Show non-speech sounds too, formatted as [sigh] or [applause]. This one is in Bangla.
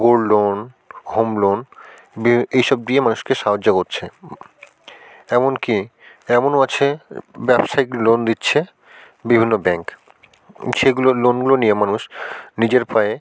গোল্ড লোন হোম লোন [unintelligible] এই সব দিয়ে মানুষকে সাহায্য করছে এমনকি এমনও আছে ব্যবসায়িক লোন দিচ্ছে বিভিন্ন ব্যাঙ্ক সেগুলোর লোনগুলো নিয়ে মানুষ নিজের পায়ে